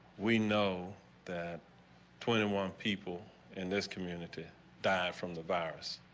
we know that twenty and one people in this community died from the virus.